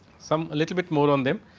some little bit more on them,